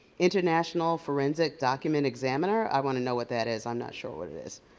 international forensic document examiner. i want to know what that is. i'm not sure what it is.